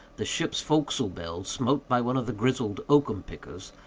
the ship's forecastle bell, smote by one of the grizzled oakum-pickers,